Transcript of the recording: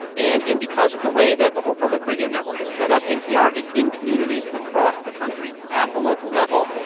and and because of the way that the whole public radio network is set up, npr is in communities across the country at the local level,